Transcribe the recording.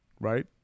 right